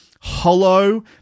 hollow